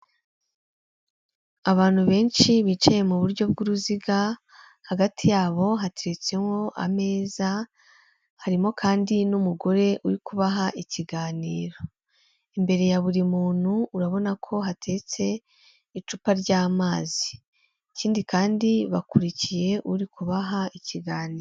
Abantu benshi bicaye mu buryo bw'uruziga hagati yabo hateretsemo ameza harimo kandi n'umugore uri kubaha ikiganiro imbere ya buri muntu urabona ko hatetse icupa ry'amazi ikindi kandi bakurikiye uri kubaha ikiganiro.